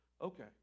Okay